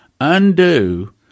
Undo